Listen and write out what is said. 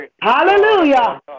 Hallelujah